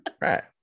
Right